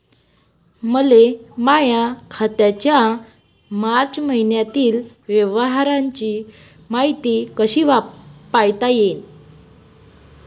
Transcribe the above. मले माया खात्याच्या मार्च मईन्यातील व्यवहाराची मायती कशी पायता येईन?